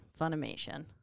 Funimation